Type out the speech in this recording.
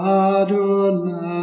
adonai